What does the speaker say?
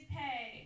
pay